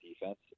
defense